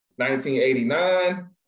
1989